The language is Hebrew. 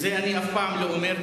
את זה אני אף פעם לא אומר,